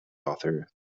author